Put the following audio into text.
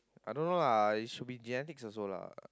I don't know lah should be genetics also lah